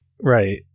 Right